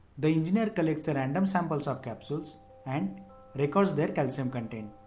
the engineer collects a random sample so of capsules and records their calcium content.